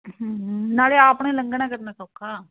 ਨਾਲੇ ਆਪਣੇ ਲੰਘਣਾ ਕਰਨਾ ਸੌਖਾ